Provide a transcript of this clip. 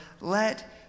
let